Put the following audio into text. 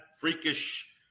freakish